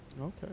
Okay